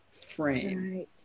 frame